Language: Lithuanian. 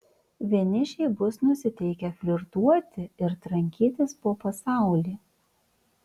vienišiai bus nusiteikę flirtuoti ir trankytis po pasaulį